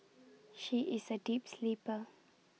she is A deep sleeper